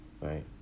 right